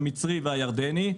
המצרי והירדני,